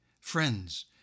friends